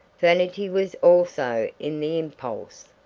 vanity was also in the impulse.